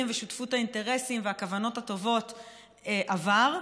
ושותפות האינטרסים והכוונות הטובות עבר,